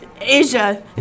Asia